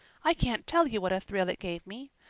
i can't tell you what a thrill it gave me.